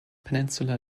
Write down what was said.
peninsula